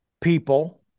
people